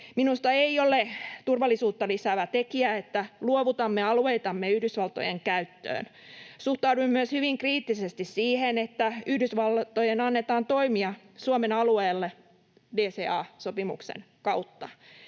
Minusta ei ole turvallisuutta lisäävä tekijä, että luovutamme alueitamme Yhdysvaltojen käyttöön. Suhtauduin myös hyvin kriittisesti siihen, että Yhdysvaltojen annetaan toimia Suomen alueella DCA-sopimuksen kautta,